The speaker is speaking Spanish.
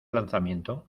lanzamiento